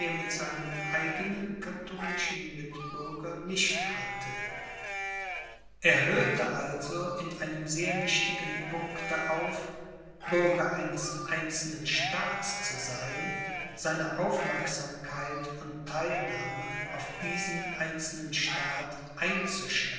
mit seinem eigenen katholischen mitbürger nicht hatte er hörte also in einem sehr wichtigen punkte auf bürger eines einzelnen staats zu sein seine aufmerksamkeit und theilnahme auf diesen einzelnen staat